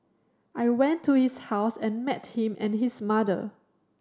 I went to his house and met him and his mother